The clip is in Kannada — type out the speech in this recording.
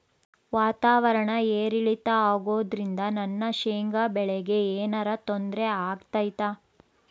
ವಾತಾವರಣ ಏರಿಳಿತ ಅಗೋದ್ರಿಂದ ನನ್ನ ಶೇಂಗಾ ಬೆಳೆಗೆ ಏನರ ತೊಂದ್ರೆ ಆಗ್ತೈತಾ?